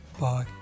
Bye